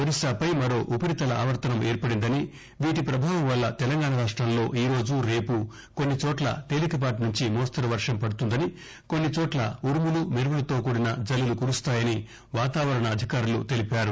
ఒరిస్సాపై మరో ఉపరితల ఆవర్తనం ఏర్పడిందని వీటి పభావం వల్ల తెలంగాణా రాష్టంలో ఈ రోజూ రేపు కొన్నిచోట్ల తేలికపాటినుంచి మోస్తరు వర్వం పడుతుందని కొన్నిచోట్ల ఉరుములు మెరుపులతో కూడిన జల్లులు కురుస్తాయని వాతావరణ అధికారులు తెలిపారు